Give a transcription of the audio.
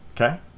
Okay